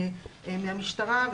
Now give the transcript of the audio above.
מן המשטרה,